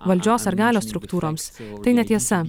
valdžios ar galios struktūroms tai netiesa